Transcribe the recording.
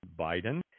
Biden